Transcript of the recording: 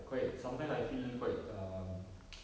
quite sometimes I feel quite um